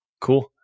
cool